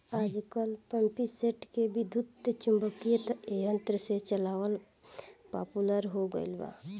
आजकल पम्पींगसेट के विद्युत्चुम्बकत्व यंत्र से चलावल पॉपुलर हो गईल बा